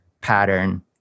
pattern